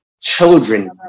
children